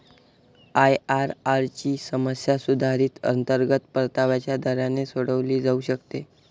IRR ची समस्या सुधारित अंतर्गत परताव्याच्या दराने सोडवली जाऊ शकते